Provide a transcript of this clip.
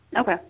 Okay